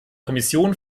kommission